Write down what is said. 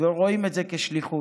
ורואים את זה כשליחות.